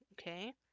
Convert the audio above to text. Okay